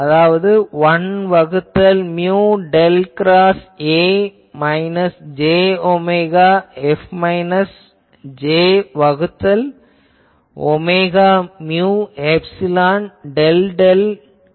அதாவது 1 வகுத்தல் mu del cross A minus j omega F minus j வகுத்தல் omega mu epsilon del del dot F